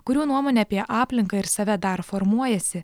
kurių nuomonė apie aplinką ir save dar formuojasi